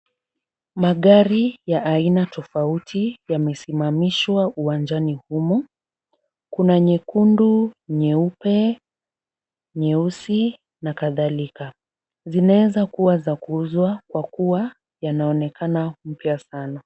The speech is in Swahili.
Magari ya aina tofauti yamesimamishwa uwanjani humo. Kuna nyekundu, nyeupe, nyeusi na kadhalika. Zinaweza kuwa za kuuzwa kwa kuwa yanaonekana mpya sana.